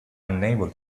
unable